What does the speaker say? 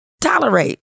Tolerate